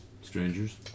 strangers